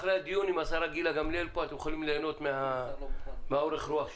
אחרי הדיון עם השרה גילה גמליאל פה אתם יכולים ליהנות מהאורך רוח שלי.